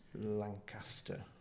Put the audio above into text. Lancaster